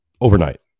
overnight